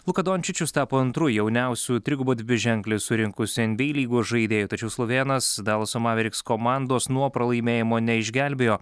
luka dočičius tapo antru jauniausiu trigubą dviženklį surinkusiu nba lygos žaidėju tačiau slovėnas dalaso maveriks komandos nuo pralaimėjimo neišgelbėjo